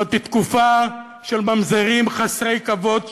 זאת תקופה של ממזרים חסרי כבוד,